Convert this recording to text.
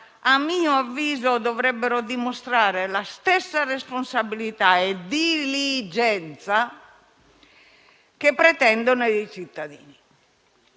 a mio avviso - dovrebbero dimostrare la stessa responsabilità e diligenza che pretendono dai cittadini.